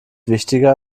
wichtiger